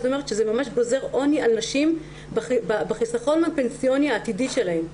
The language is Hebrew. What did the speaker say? זאת אומרת שזה ממש גוזר עוני על נשים בחיסכון הפנסיוני העתידי שלהן.